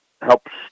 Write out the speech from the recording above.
helps